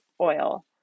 oil